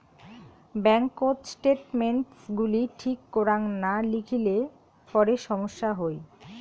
ব্যাঙ্ককোত স্টেটমেন্টস গুলি ঠিক করাং না লিখিলে পরে সমস্যা হই